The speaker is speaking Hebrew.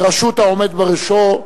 בראשות העומד בראשו,